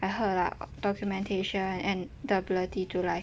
I heard lah documentation and the ability to like